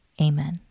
Amen